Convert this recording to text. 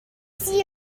see